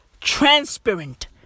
Transparent